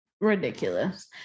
ridiculous